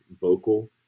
vocal